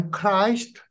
Christ